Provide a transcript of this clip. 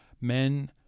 men